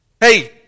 Hey